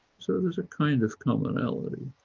so there's a kind of commonality,